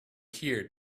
here